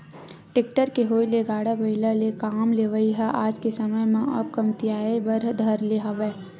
tractor के होय ले गाड़ा बइला ले काम लेवई ह आज के समे म अब कमतियाये बर धर ले हवय